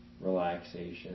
relaxation